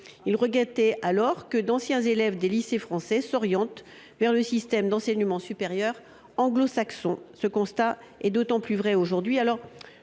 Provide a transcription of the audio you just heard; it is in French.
Il regrettait alors que d’anciens élèves des lycées français s’orientent vers le système d’enseignement supérieur anglo saxon. Ce constat est d’autant plus vrai aujourd’hui.